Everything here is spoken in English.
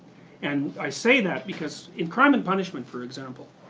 and i say that because in crime and punishment, for example,